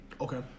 Okay